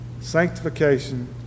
sanctification